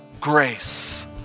grace